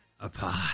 apart